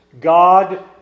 God